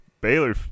Baylor